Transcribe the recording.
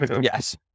Yes